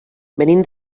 venim